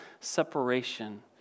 separation